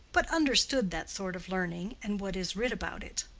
but understood that sort of learning and what is writ about it.